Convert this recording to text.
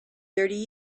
thirty